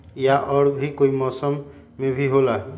या और भी कोई मौसम मे भी होला?